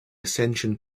ascension